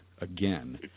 again